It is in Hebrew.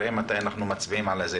שנראה מתי אנחנו מצביעים על זה.